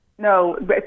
No